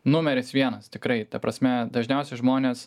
numeris vienas tikrai ta prasme dažniausiai žmonės